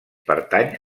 pertany